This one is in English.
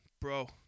bro